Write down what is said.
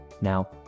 Now